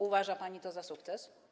Uważa pani to za sukces?